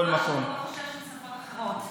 אדם שבטוח בשפה שלו לא חושש משפות אחרות.